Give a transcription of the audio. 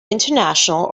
international